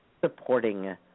supporting